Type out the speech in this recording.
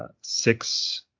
six